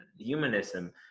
humanism